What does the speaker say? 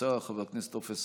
חבר הכנסת יוסף ג'בארין,